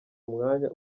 umwanya